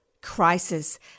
crisis